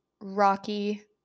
rocky